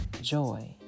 joy